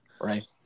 right